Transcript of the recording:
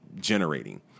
generating